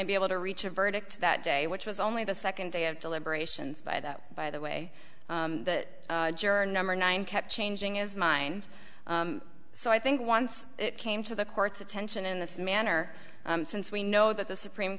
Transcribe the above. to be able to reach a verdict that day which was only the second day of deliberations by that by the way that juror number nine kept changing his mind so i think once it came to the court's attention in this manner since we know that the supreme